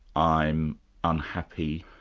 i'm unhappy,